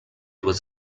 was